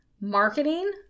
Marketing